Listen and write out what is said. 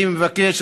אני מבקש,